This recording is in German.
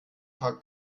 paar